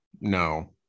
no